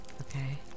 Okay